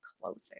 closing